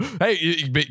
Hey